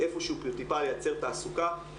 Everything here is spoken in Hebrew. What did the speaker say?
ואיפשהו טיפה לייצר תעסוקה,